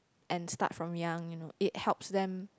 and start from young you know it helps them